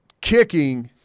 kicking